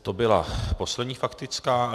To byla poslední faktická.